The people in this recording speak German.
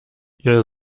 ihr